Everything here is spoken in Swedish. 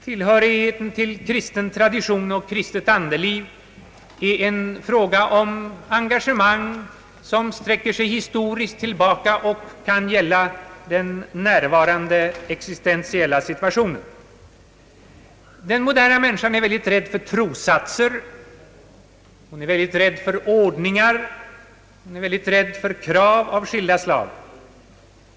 Tillhörigheten till kristen tradition och kristet andeliv är en fråga om engagemang som sträcker sig bakåt i historien och som kan gälla den närvarande existentiella situationen. Den moderna människan är väldigt rädd för trossatser, ordningar, krav av skilda slag.